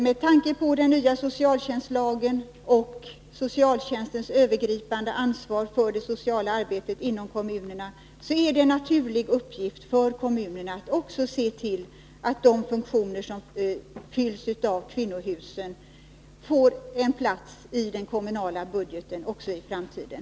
Med tanke på den nya socialtjänstlagen och socialtjänstens övergripande ansvar för det sociala arbetet inom kommunerna är det en naturlig uppgift för dessa att också se till att de funktioner som kvinnohusen fyller får en plats i den kommunala budgeten i framtiden.